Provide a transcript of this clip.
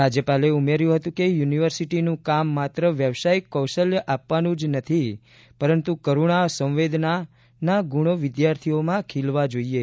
રાજ્યપાલે ઉમેર્યું હતું કે યુનિવર્સિટીનું કામ માત્ર વ્યવસાયિક કોશલ્ય આપવાનું નથી પરંતુ સાથે સાથે કરૂણા સંવેદના ગુણો વિદ્યાર્થીઓમાં ખીલવા જોઈએ